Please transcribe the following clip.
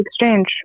Exchange